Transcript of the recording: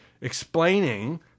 explaining